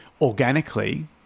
organically